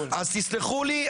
אז תסלחו לי,